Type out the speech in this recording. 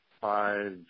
five